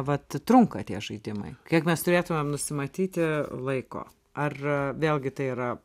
vat trunka tie žaidimai kiek mes turėtumėm nusimatyti laiko ar vėlgi tai yra